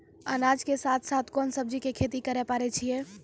अनाज के साथ साथ कोंन सब्जी के खेती करे पारे छियै?